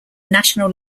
national